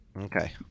Okay